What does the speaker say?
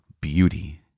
beauty